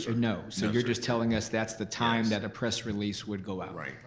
sir. no, so you're just telling us that's the time that a press release would go out. right.